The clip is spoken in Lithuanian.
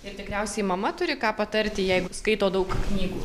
ir tikriausiai mama turi ką patarti jeigu skaito daug knygų